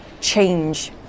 change